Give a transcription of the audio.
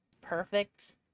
perfect